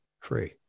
free